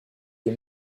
des